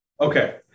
okay